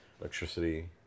electricity